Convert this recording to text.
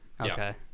Okay